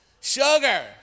sugar